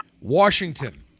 Washington